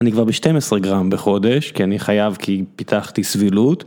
אני כבר בשתים עשרה גרם בחודש, כי אני חייב, כי פיתחתי סבילות.